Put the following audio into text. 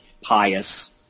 pious